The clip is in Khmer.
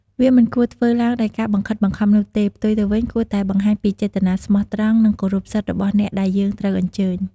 វាមិនគួរធ្វើឡើងដោយការបង្ខិតបង្ខំនោះទេ ផ្ទុយទៅវិញគួរតែបង្ហាញពីចេតនាស្មោះត្រង់ និងគោរពសិទ្ធិរបស់អ្នកដែលយើងត្រូវអញ្ជើញ។